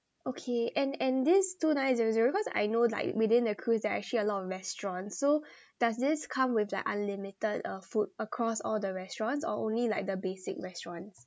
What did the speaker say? okay and and this two nine zero zero because I know like within the cruise there are actually a lot of restaurants so does this come with like unlimited uh food across all the restaurants or only like the basic restaurants